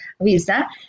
visa